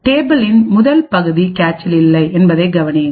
டேபிளின்முதல்பகுதி கேச்சில் இல்லை என்பதைக் கவனியுங்கள்